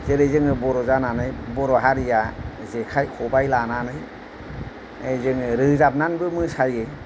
जेरै जोङो बर' जानानै बर' हारिया जेखाय खबाय लानानै जोङो रोजाबनानैबो मोसायो